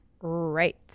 Right